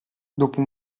dopo